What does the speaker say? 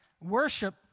Worship